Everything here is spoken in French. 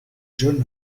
jeune